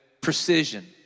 precision